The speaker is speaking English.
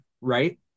right